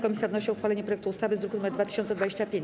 Komisja wnosi o uchwalenie projektu ustawy z druku nr 2025.